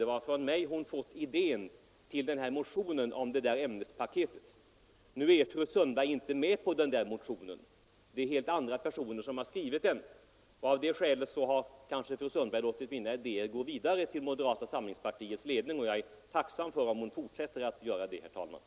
Det var från mig hon fått idén till motionen om ämnespaketet. Nu har inte fru Sundberg undertecknat denna motion. Den har skrivits av helt andra personer. Kanske har fru Sundberg låtit mina idéer gå vidare till moderata samlingspartiets ledning. Jag är tacksam om fru Sundberg fortsätter att göra det, herr talman.